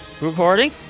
recording